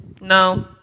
No